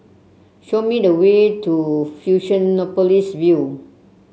show me the way to Fusionopolis View